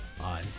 on